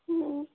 ꯎꯝ